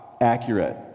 accurate